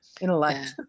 intellect